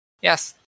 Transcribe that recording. Yes